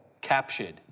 captured